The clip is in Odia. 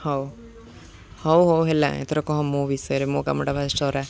ହଉ ହଉ ହଉ ହେଲା ଏଥର କମ୍ ମୋ ବିଷୟରେ ମୋ କାମୁଟା ଫାଷ୍ଟରା